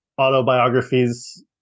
autobiographies